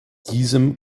diesem